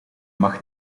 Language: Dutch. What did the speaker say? mag